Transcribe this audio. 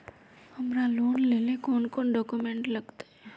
हमरा लोन लेले कौन कौन डॉक्यूमेंट लगते?